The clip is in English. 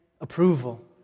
approval